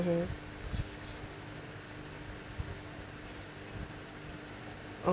mmhmm